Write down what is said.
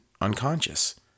unconscious